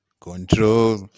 Control